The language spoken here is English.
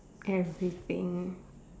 everything